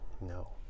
no